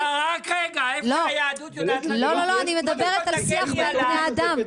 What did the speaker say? איפה היהדות --- אני מדברת על השיח בין בני אדם.